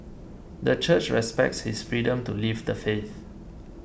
the church respects his freedom to leave the faith